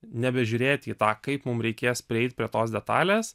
nebežiūrėt į tą kaip mum reikės prieit prie tos detalės